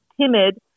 timid